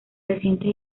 recientes